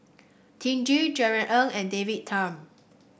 Tee Tjin Jerry Ng and David Tham